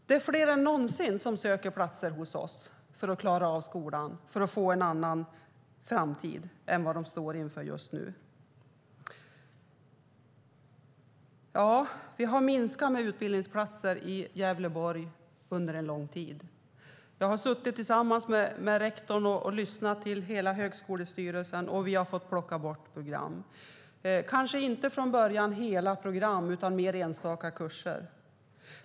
Det är fler än någonsin som söker studieplatser i vårt län för att få en annan framtid än vad de står inför just nu. Utbildningsplatserna i Gävleborg har minskat under lång tid. Jag har tillsammans med rektorn suttit och lyssnat till hela högskolestyrelsen, och vi har fått plocka bort program, från början kanske inte hela program utan mer enstaka kurser.